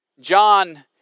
John